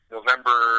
November